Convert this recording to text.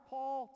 Paul